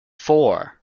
fore